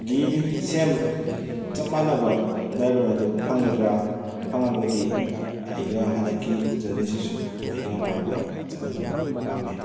ꯒꯤ ꯁꯦꯝ ꯆꯞ ꯃꯥꯟꯅꯕ ꯗ꯭ꯔꯥꯏꯕꯔ ꯑꯗꯨ ꯐꯪꯒꯗ꯭ꯔꯥ ꯐꯪꯂꯒꯗꯤ ꯑꯩꯒ ꯍꯟꯗꯛꯀꯤ ꯖꯔꯅꯤꯁꯤꯁꯨ ꯑꯩꯒ ꯃꯥꯒ ꯆꯠꯃꯤꯟꯅꯕ ꯄꯥꯝꯃꯤ